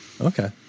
Okay